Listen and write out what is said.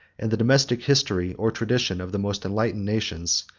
and the domestic history, or tradition, of the most enlightened nations,